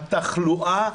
התחלואה,